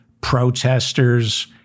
protesters